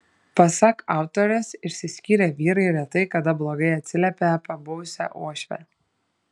pasak autorės išsiskyrę vyrai retai kada blogai atsiliepia apie buvusią uošvę